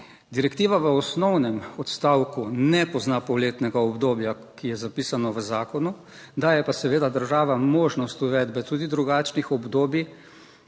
Direktiva v osnovnem odstavku ne pozna polletnega obdobja, ki je zapisano v zakonu, daje pa seveda država možnost uvedbe tudi drugačnih obdobij.